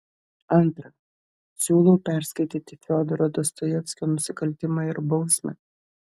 antra siūlau perskaityti fiodoro dostojevskio nusikaltimą ir bausmę